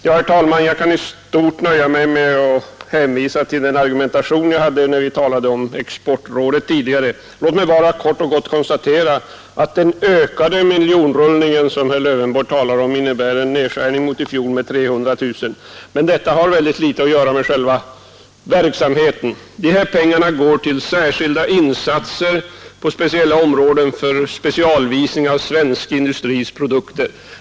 Herr talman! Jag kan i stort nöja mig med att hänvisa till den argumentation jag hade när vi talade om exportrådet tidigare i dag. Låt mig bara kort och gott konstatera att den ökade miljonrullning som herr Lövenborg talar om innebär en nedskärning mot i fjol med 300 000 kronor. Dessa pengar går till särskilda insatser på speciella områden för specialvisning av svensk industris produkter.